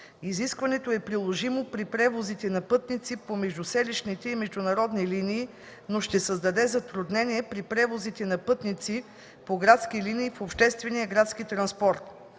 Изискването е приложимо при превозите на пътници по междуселищни и международни линии, но ще създаде затруднения при превозите на пътници по градските линии в обществения градски транспорт.